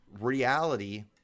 reality